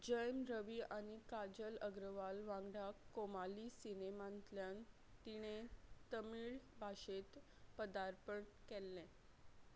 जैन रवी आनी काजल अग्रवाल वांगडाक कोमाली सिनेमांतल्यान तिणें तमीळ भाशेंत पदार्पण केल्लें